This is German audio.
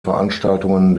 veranstaltungen